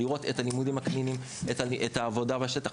לראות את הלימודים הקליניים ואת העבודה בשטח.